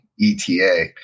ETA